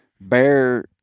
Bear